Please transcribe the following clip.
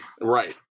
Right